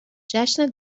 جشن